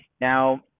Now